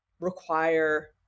require